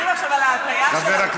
אתם מתווכחים עכשיו על ההטיה של ערבי?